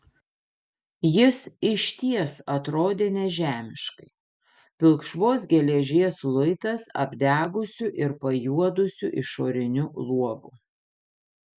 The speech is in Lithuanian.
jis išties atrodė nežemiškai pilkšvos geležies luitas apdegusiu ir pajuodusiu išoriniu luobu